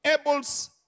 Abel's